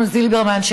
אמנון זילברמן,